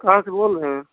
कहाँ से बोल रहे हैं